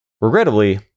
Regrettably